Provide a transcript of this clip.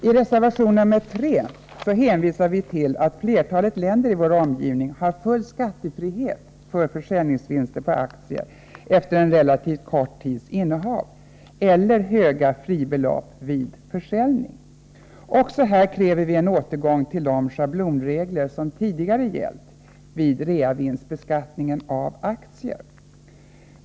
I reservation 3 hänvisar vi till att flertalet länder i vår omgivning har full skattefrihet för försäljningsvinster på aktier efter en relativt kort tids innehav eller höga fribelopp vid försäljning. Också här kräver vi en återgång till de schablonregler som tidigare gällt vid reavinstbeskattningen av aktier.